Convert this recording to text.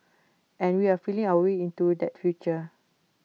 and we're feeling our way into that future